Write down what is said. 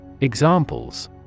Examples